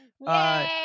Yay